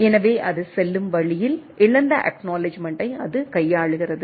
எனவே அது செல்லும் வழியில் இழந்த அக்நாலெட்ஜ்மென்ட்டை அது கையாளுகிறது